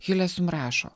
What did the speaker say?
hilesum rašo